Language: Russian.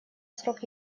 срок